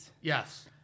Yes